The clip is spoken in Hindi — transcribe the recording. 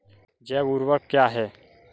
जैव ऊर्वक क्या है?